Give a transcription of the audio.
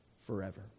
forever